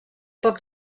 poc